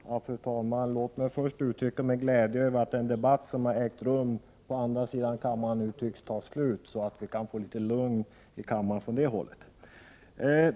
Fru talman! Låt mig först uttrycka min glädje över att den debatt som har ägt rum på andra sidan kammaren nu tycks ta slut, så att vi kan få litet lugn i kammaren från det hållet.